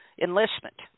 enlistment